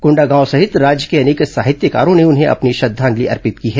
कोंडागांव सहित राज्य के अनेक साहित्यकारों ने उन्हें अपनी श्रद्धांजलि अर्पित की है